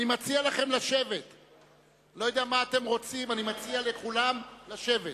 לא יודע מה אתם רוצים, אני מציע לכולם לשבת.